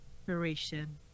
inspiration